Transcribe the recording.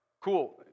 cool